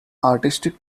artistic